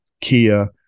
kia